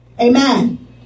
Amen